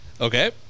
Okay